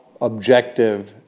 objective